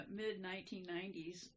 mid-1990s